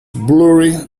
blurry